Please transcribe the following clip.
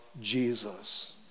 Jesus